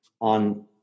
on